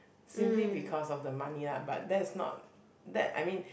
simply because of the money lah but that's not that I mean